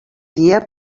dia